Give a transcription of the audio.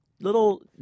little